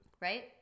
Right